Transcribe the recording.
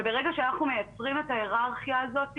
וברגע שאנחנו מייצרים את ההיררכיה הזו,